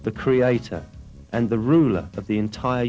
the creator and the ruler of the entire